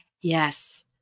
Yes